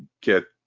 get